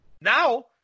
Now